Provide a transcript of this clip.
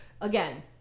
Again